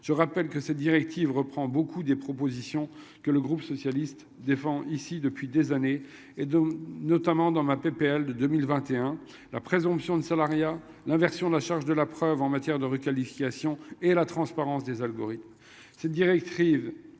Je rappelle que cette directive reprend beaucoup des propositions que le groupe socialiste défend ici depuis des années et dont notamment dans ma PPL de 2021 la présomption de salariat l'inversion de la charge de la preuve en matière de requalification et la transparence des algorithmes